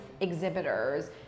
exhibitors